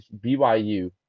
BYU